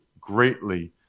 greatly